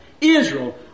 Israel